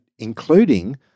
including